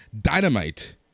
Dynamite